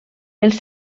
els